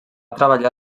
treballar